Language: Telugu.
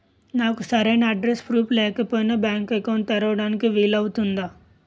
నాకు సరైన అడ్రెస్ ప్రూఫ్ లేకపోయినా బ్యాంక్ అకౌంట్ తెరవడానికి వీలవుతుందా?